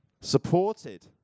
Supported